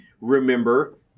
remember